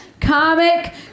comic